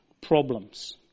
problems